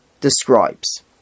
describes